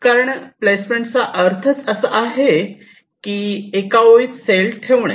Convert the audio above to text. कारण प्लेसमेंटचा अर्थ असाच आहे एका ओळीत सेल ठेवने